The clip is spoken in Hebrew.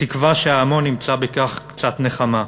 בתקווה שההמון ימצא בכך קצת נחמה.